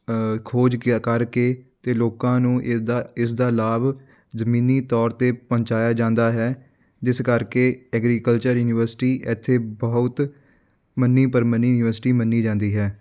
ਖੋਜ ਕ ਕਰਕੇ ਅਤੇ ਲੋਕਾਂ ਨੂੰ ਇਸਦਾ ਇਸਦਾ ਲਾਭ ਜਮੀਨੀ ਤੌਰ 'ਤੇ ਪਹੁੰਚਾਇਆ ਜਾਂਦਾ ਹੈ ਜਿਸ ਕਰਕੇ ਐਗਰੀਕਲਚਰ ਯੂਨੀਵਰਸਿਟੀ ਇੱਥੇ ਬਹੁਤ ਮੰਨੀ ਪ੍ਰਮੰਨੀ ਯੂਨੀਵਰਸਿਟੀ ਮੰਨੀ ਜਾਂਦੀ ਹੈ